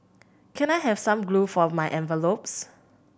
can I have some glue for my envelopes